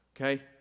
Okay